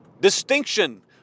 Distinction